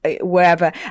wherever